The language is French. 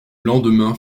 lendemain